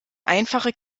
einfache